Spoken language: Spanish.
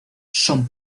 son